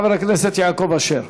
חבר הכנסת יעקב אשר.